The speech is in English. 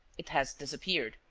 it has disappeared.